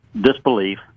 disbelief